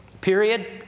period